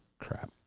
crap